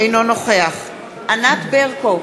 אינו נוכח ענת ברקו,